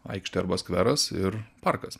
aikštė arba skveras ir parkas